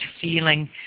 feeling